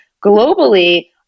globally